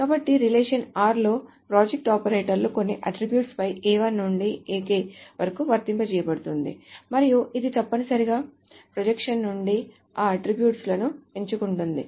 కాబట్టి relation r లో project operator కొన్ని అట్ట్రిబ్యూట్స్ పై A1 నుండి Ak వరకు వర్తింపచేయబడుతుంది మరియు ఇది తప్పనిసరిగా ప్రొజెక్షన్స్ నుండి ఆ అట్ట్రిబ్యూట్ లను ఎంచుకుంటుంది